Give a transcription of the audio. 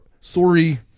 Sorry